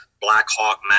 Blackhawk